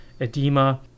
edema